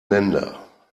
länder